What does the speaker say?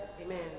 amen